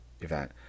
event